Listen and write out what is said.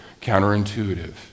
counterintuitive